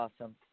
awesome